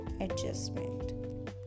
adjustment